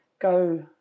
go